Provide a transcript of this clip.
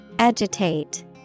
Agitate